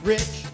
Rich